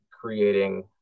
creating